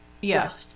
Yes